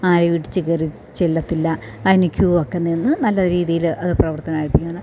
ആരും ഇടിച്ചു കയറി ചെല്ലത്തില്ല അതിന് ക്യു ഒക്കെ നിന്ന് നല്ല രീതിയിൽ അത് പ്രവർത്തനമായിരിക്കുകയാണ്